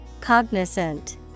Cognizant